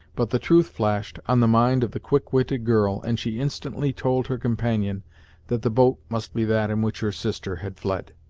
but the truth flashed on the mind of the quick-witted girl, and she instantly told her companion that the boat must be that in which her sister had fled.